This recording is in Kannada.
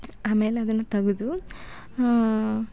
ಆಮೇಲೆ ಅದನ್ನು ತೆಗ್ದು ಹಾಂ